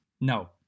No